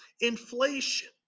inflation